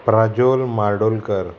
Prajol Mardolkar